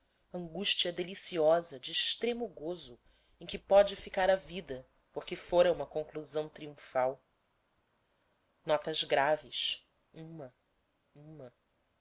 angústia deliciosa de extremo gozo em que pode ficar a vida porque fora uma conclusão triunfal notas graves uma uma